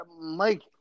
Mike